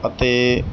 ਅਤੇ